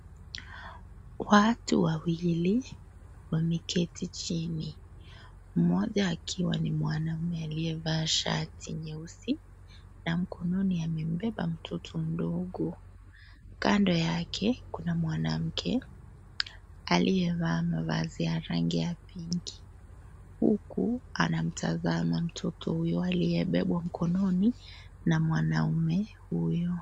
Watu wawili wameketi chini, mmoja akiwa ni mwanamme aliyevaa shati nyeusi na mkononi amembeba mtoto mdogo, kando yake kuna mwanamke aliyevaa mavazi ya rangi ya pinki, huku anamtazama mtoto huyo aliyebebwa mkononi na mwanamme huyo.